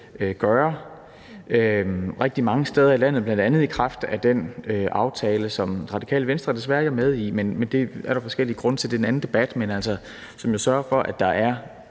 gøre rigtig mange steder i landet, bl.a. i kraft af den aftale, som Radikale Venstre desværre ikke er med i – det er der forskellige grunde til, og det er en anden debat – som sørger for, at der er